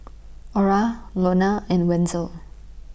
Ora Lonna and Wenzel